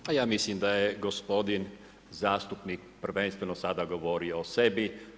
Pa ja mislim da je gospodin zastupnik prvenstveno sada govorio o sebi.